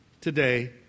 today